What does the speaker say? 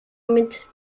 mit